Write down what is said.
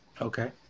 Okay